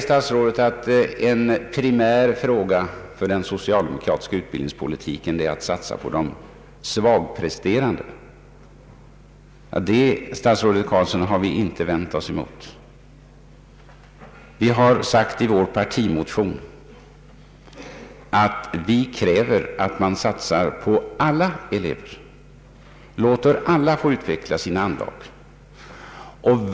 Statsrådet säger att en primär fråga för den socialdemokratiska utbildningspolitiken är att satsa på de svagpresterande. Vi har, statsrådet Carlsson, inte vänt oss emot detta. Vi har i vår motion sagt att vi kräver att det satsas på alla elever och att man låter alla elever få sina anlag utvecklade.